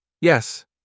Yes